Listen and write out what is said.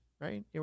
right